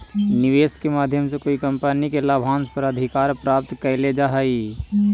निवेश के माध्यम से कोई कंपनी के लाभांश पर अधिकार प्राप्त कैल जा हई